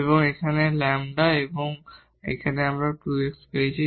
এবং এই λ এবং আমরা এখানে 2 x পেয়েছি